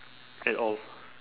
at all